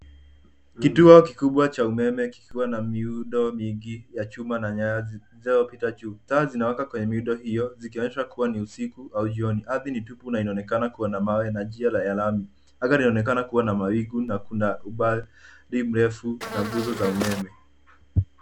Kituo kikubwa cha umeme kikiwa na miundo mingi ya chuma na nyaya zilizopita juu, taa zinawaka kwenye miundo hiyo zikionyesha kuwa ni usiku au jioni, ardhi ni tupu na inaonekana kuwa na mawe na njia ya lami. Anga linaonekana kuwa na mawingu na kuna ubari mrefu na nguzo za umeme.